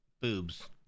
boobs